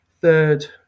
third